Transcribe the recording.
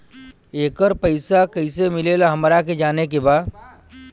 येकर पैसा कैसे मिलेला हमरा के जाने के बा?